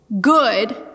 good